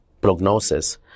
prognosis